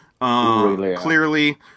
clearly